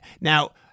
Now